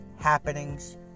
happenings